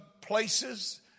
places